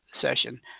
session